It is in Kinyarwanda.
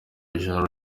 ijoro